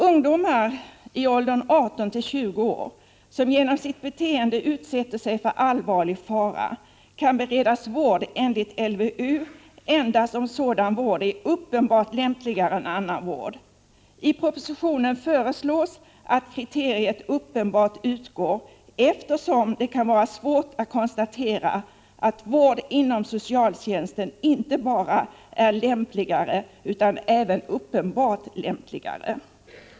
Ungdomar i åldern 18-20 år som genom sitt beteende utsätter sig för allvarlig fara kan beredas vård enligt LVU endast om sådan vård är uppenbart lämpligare än annan vård. I propositionen föreslås att kriteriet ”uppenbart” skall utgå, eftersom det kan vara svårt att konstatera att vård inom socialtjänsten inte bara är lämpligare utan även uppenbart lämpligare.